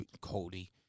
Cody